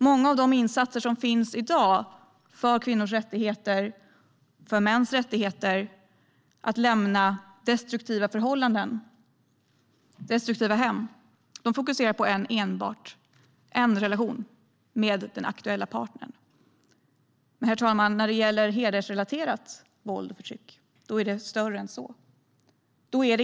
Många av de insatser som finns i dag för kvinnors och mäns rättigheter att lämna destruktiva förhållanden och destruktiva hem fokuserar enbart på relationen med den aktuella partnern. Men när det gäller hedersrelaterat våld och förtryck är det större än så.